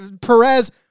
Perez